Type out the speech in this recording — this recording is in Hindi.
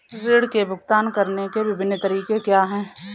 ऋृण के भुगतान करने के विभिन्न तरीके क्या हैं?